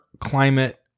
climate